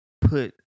Put